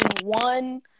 one